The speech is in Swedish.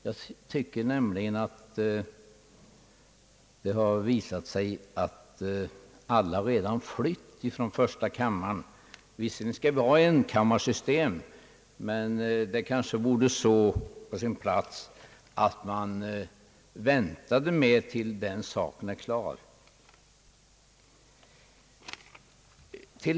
Det förefaller nämligen som om alla redan har flytt från första kammaren. Visserligen skall vi ha enkammarsystem, men det vore kanske på sin plats att man väntade till dess den saken är klar.